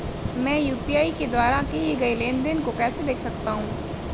मैं यू.पी.आई के द्वारा किए गए लेनदेन को कैसे देख सकता हूं?